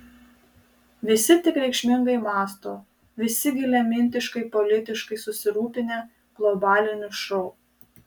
visi tik reikšmingai mąsto visi giliamintiškai politiškai susirūpinę globaliniu šou